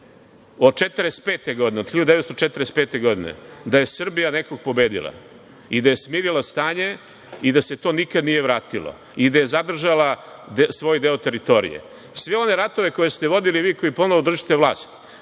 od 1945. godine da je Srbija nekog pobedila i da je smirila stanje i da se to nikad nije vratilo i da je zadržala svoj deo teritorije. Sve one ratove koje ste vodili vi koji ponovo držite vlast,